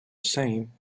same